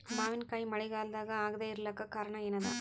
ಮಾವಿನಕಾಯಿ ಮಳಿಗಾಲದಾಗ ಆಗದೆ ಇರಲಾಕ ಕಾರಣ ಏನದ?